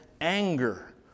anger